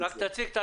גם זה התאמה.